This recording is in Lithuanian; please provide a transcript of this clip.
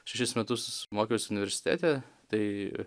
šešis metus mokiausi universitete tai